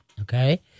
okay